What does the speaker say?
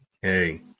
Hey